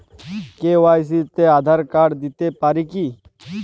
KYC তে Aadhaar card দিতে পারি কি?